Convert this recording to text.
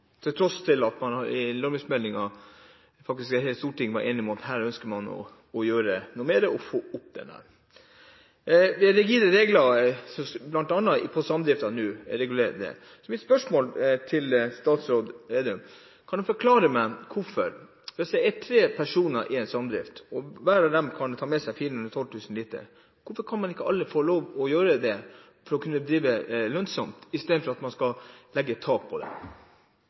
til tross for at man i Stortinget i forbindelse med landbruksmeldingen var enig om at her ønsket man å gjøre noe mer, og få opp matproduksjonen. Det er rigide regler, bl.a. for samdriftene, som reguleres. Mitt spørsmål til statsråd Slagsvold Vedum er: Kan han forklare meg hvorfor tre personer i en samdrift som hver kan ta med seg inn 412 000 liter, ikke kan få lov til å gjøre nettopp det – for å kunne drive lønnsomt – istedenfor at man har et kvotetak? Først: Det er viktig at man er litt nøye med fakta når man skal